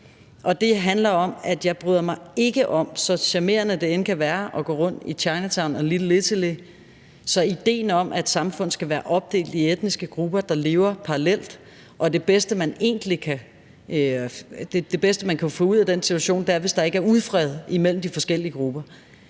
Det handler om, at jeg ikke bryder mig om idéen om – så charmerende det end kan være at gå rundt i Chinatown og Little Italy – at et samfund skal være opdelt i etniske grupper, der lever parallelt, hvor det bedste, man kan få ud af den situation, er, hvis der ikke er ufred imellem de forskellige grupper.